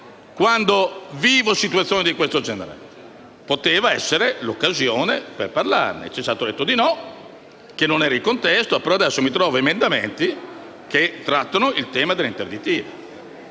quando vivo situazioni di questo genere. Poteva essere l'occasione per parlarne, ma c'è stato detto di no e che non era il contesto; adesso però ritrovo emendamenti che trattano il tema dell'interdittiva.